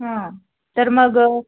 हं तर मग